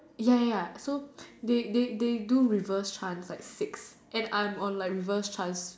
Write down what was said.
ya ya ya so they they they do reverse chant like six and I'm on like reverse chant